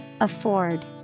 afford